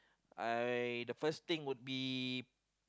I the first thing would be